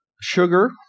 sugar